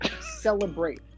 celebrate